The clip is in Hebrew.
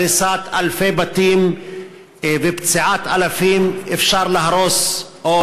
הריסת אלפי בתים ופציעת אלפים אפשר להרוס או